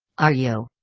are you.